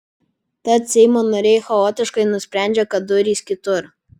tad seimo nariai chaotiškai nusprendžia kad durys kitur